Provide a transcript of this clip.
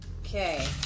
Okay